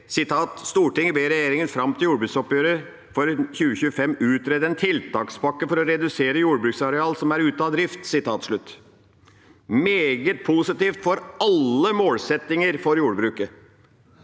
«Stortinget ber regjeringen frem til jordbruksoppgjøret for 2025 utrede en tiltakspakke for å redusere jordbruksareal som er ute av drift.» Det er meget positivt for alle målsettinger for jordbruket.